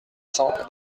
cents